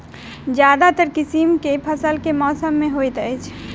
ज्यादातर किसिम केँ फसल केँ मौसम मे होइत अछि?